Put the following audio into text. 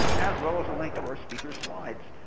as well as a link to our speaker's slides.